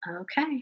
Okay